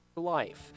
life